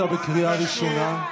אתה בקריאה ראשונה.